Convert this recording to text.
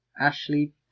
Ashley